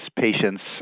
patients